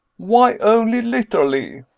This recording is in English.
why only litterly?